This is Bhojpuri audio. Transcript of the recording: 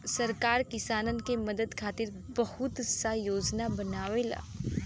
सरकार किसानन के मदद खातिर बहुत सा योजना बनावेला